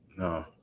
No